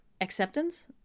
acceptance